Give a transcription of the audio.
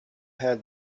had